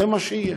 וזה מה שיהיה.